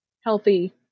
healthy